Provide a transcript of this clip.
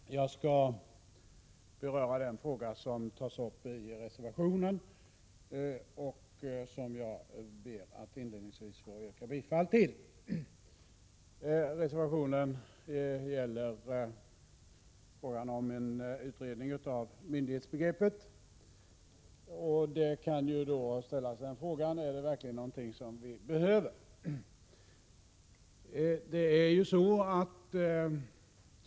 Herr talman! Jag skall beröra den fråga som tas upp i reservationen, som jag inledningsvis ber att få yrka bifall till. Reservationen gäller en utredning av myndighetsbegreppet. Man kan då fråga sig om det verkligen behövs en utredning.